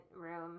room